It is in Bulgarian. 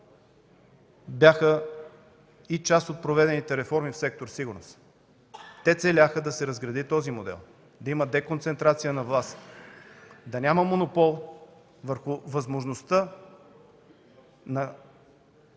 бяха и част от проведените реформи в сектор „Сигурност”. Те целяха да се разгради този модел, да има деконцентрация на власт, да няма монопол върху възможността да